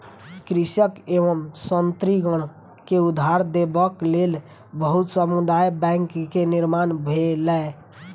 कृषक एवं स्त्रीगण के उधार देबक लेल बहुत समुदाय बैंक के निर्माण भेलै